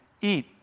eat